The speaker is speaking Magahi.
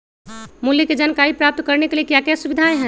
मूल्य के जानकारी प्राप्त करने के लिए क्या क्या सुविधाएं है?